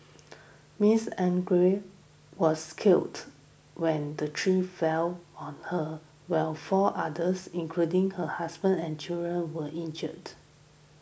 Miss Angara was killed when the tree fell on her while four others including her husband and children were injured